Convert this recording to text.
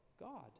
God